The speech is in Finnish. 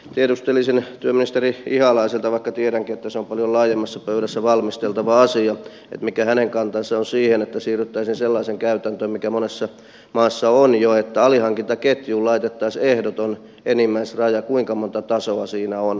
tiedustelisin työministeri ihalaiselta vaikka tiedänkin että se on paljon laajemmassa pöydässä valmisteltava asia mikä hänen kantansa on siihen että siirryttäisiin sellaiseen käytäntöön mikä monessa maassa on jo että alihankintaketjuun laitettaisiin ehdoton enimmäisraja kuinka monta tasoa siinä on